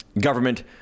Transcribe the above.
government